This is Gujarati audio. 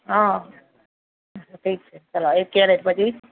હં ઠીક છે ચાલો એક કેરેટ પછી